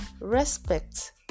Respect